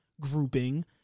grouping